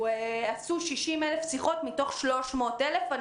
עשו 60,000 שיחות מתוך 300,000. אני